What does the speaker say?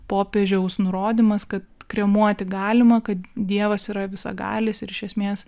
popiežiaus nurodymas kad kremuoti galima kad dievas yra visagalis ir iš esmės